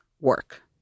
work